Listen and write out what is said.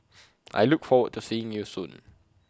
I look forward to seeing you soon